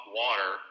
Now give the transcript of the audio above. water